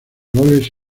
goles